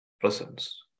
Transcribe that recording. presence